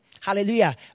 Hallelujah